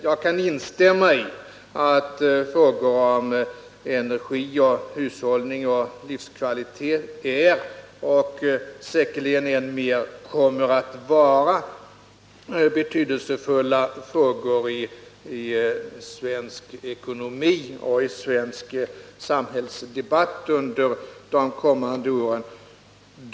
Jag kan instämma i att frågor om energi, hushållning och livskvalitet är, och säkerligen i än högre grad kommer att vara, betydelsefulla spörsmål i svensk ekonomi och svensk samhällsdebatt under de kommande åren.